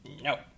No